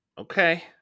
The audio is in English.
Okay